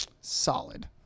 solid